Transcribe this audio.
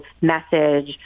message